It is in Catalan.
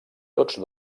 tots